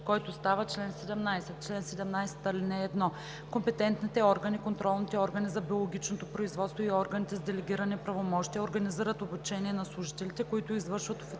който става чл. 17: „Чл. 17. (1) Компетентните органи, контролните органи за биологичното производство и органите с делегирани правомощия организират обучение на служителите, които извършват официален